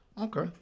Okay